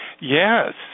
Yes